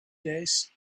days